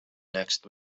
next